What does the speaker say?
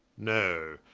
no,